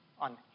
on